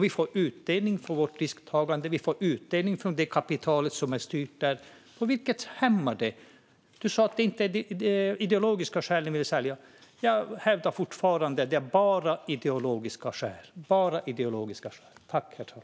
Vi får utdelning för vårt risktagande och från det kapital som är bundet där. Du sa att det inte är av ideologiska skäl ni vill sälja. Jag hävdar dock fortfarande att det bara är av ideologiska skäl.